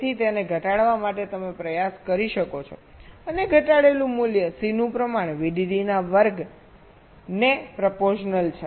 તેથી તેને ઘટાડવા માટે તમે પ્રયાસ કરી શકો છો અને ઘટાડેલુ મૂલ્ય C નું પ્રમાણ VDD ના વર્ગ ને પ્રપોશનલ છે